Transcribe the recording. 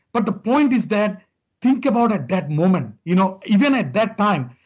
but the point is that think about at that moment. you know even at that time,